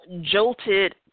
jolted